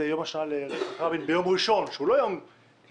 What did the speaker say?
לציון יום השנה לרצח רבין ביום ראשון בשבוע שהוא לא יום קלאסי.